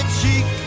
cheek